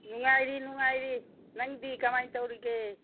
ꯅꯨꯉꯥꯏꯔꯤ ꯅꯨꯉꯥꯏꯔꯤ ꯅꯪꯗꯤ ꯀꯃꯥꯏꯅ ꯇꯧꯔꯤꯒꯦ